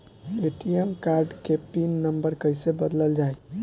ATM card के pin number कईसे बदलल जाई?